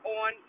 on